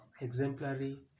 exemplary